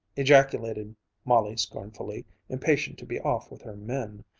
ejaculated molly scornfully, impatient to be off with her men.